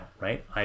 right